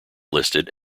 listed